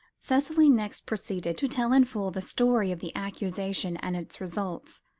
cicely next proceeded to tell in full the story of the accusation and its results,